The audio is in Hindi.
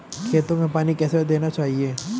खेतों में पानी कैसे देना चाहिए?